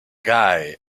guy